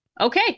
okay